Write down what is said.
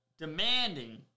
demanding